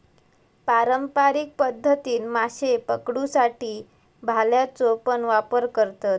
पारंपारिक पध्दतीन माशे पकडुसाठी भाल्याचो पण वापर करतत